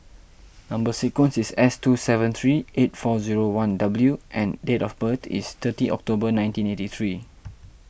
Number Sequence is S two seven three eight four zero one W and date of birth is thirty October nineteen eighty three